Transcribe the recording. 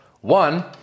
One